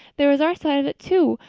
there is our side of it too.